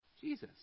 Jesus